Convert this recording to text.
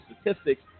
Statistics